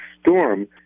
storm